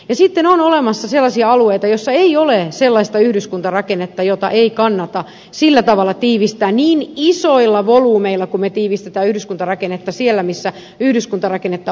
sitten on olemassa sellaisia alueita missä ei ole sellaista yhdyskuntarakennetta jota kannattaisi tiivistää niin isoilla volyymeilla kuin me tiivistämme yhdyskuntarakennetta siellä missä yhdyskuntarakennetta on